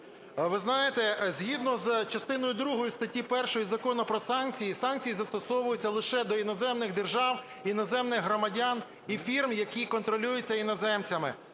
Ви знаєте, згідно з частиною другою статті 1 Закону "Про санкції" санкції застосовуються лише до іноземних держав і іноземних громадян, і фірм, які контролюються іноземцями.